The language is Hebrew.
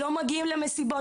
לא מגיעים למסיבות